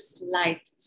light